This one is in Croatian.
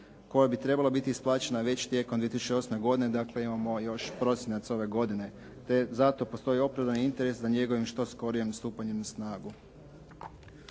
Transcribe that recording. koja bi trebala biti isplaćena već tijekom 2008. godine. Dakle, imamo još prosinac ove godine, te zato postoji opravdani interes za njegovim što skorijim stupanjem na snagu.